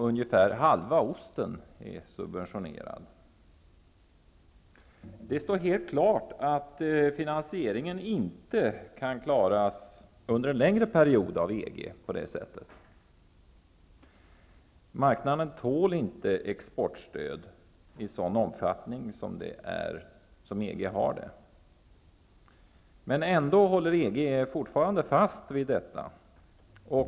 Ungefär hälften av den tyska osten är subventionerad. Det står helt klart att finansieringen inte kan klaras av EG på det sättet under en längre period. Marknaden tål inte exportstöd i den omfattning som gäller för EG. Ändå håller EG fortfarande fast vid detta stöd.